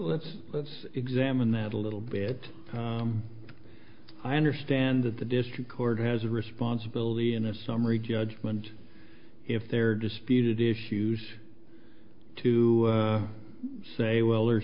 let's let's examine that a little bit i understand that the district court has a responsibility in a summary judgment if they're disputed issues to say willer